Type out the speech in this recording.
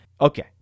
Okay